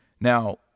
Now